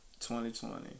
2020